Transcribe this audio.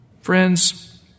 Friends